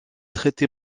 traité